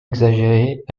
exagérées